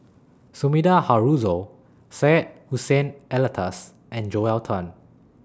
Sumida Haruzo Syed Hussein Alatas and Joel Tan